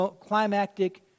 climactic